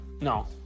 no